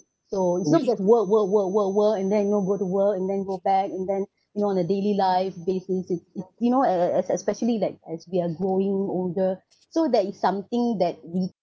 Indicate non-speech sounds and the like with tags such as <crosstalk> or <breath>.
so it's not just work work work work work and then you know go to work and then go back and then <breath> you know the daily life you want face it you know especially like as we are growing older so there is something that we